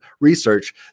research